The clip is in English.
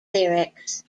lyrics